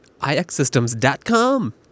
ixsystems.com